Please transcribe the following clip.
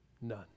none